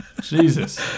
Jesus